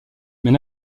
mais